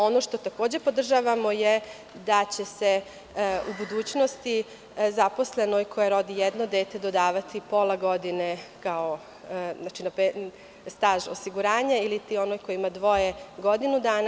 Ono što takođe podržavamo je da će se u budućnosti zaposlenoj koja rodi jedno dete dodavati pola godine staža osiguranja ili ona koja ima dvoje godinu dana.